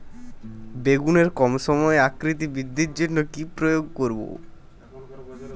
বেগুনের কম সময়ে আকৃতি বৃদ্ধির জন্য কি প্রয়োগ করব?